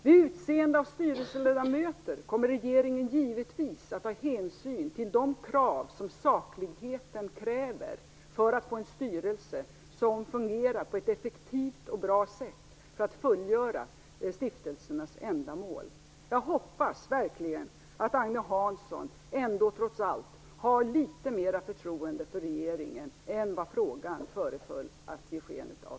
Vid utseende av styrelseledamöter kommer regeringen givetvis att ta hänsyn till de krav som sakligheten kräver för att få en styrelse som fungerar på ett effektivt och bra sätt för att fullgöra stiftelsernas ändamål. Jag hoppas verkligen att Agne Hansson trots allt har litet mer förtroende för regeringen än vad frågan gav sken av.